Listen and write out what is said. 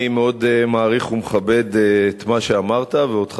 אני מאוד מעריך ומכבד את מה שאמרת ואותך